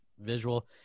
visual